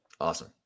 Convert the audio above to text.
Awesome